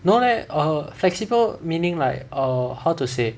no leh err flexible meaning like err how to say